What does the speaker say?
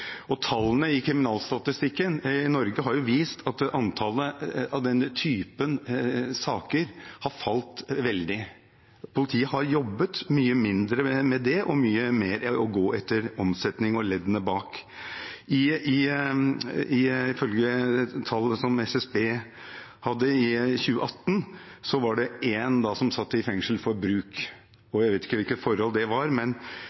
Tallene i kriminalstatistikken i Norge har vist at antallet av denne typen saker har falt veldig. Politiet har jobbet mye mindre med det og mye mer med å gå etter omsetning og leddene bak. Ifølge tall som SSB hadde i 2018, var det én som satt i fengsel for bruk. Jeg vet ikke hvilket forhold det var,